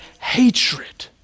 hatred